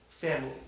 family